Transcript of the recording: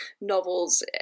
novels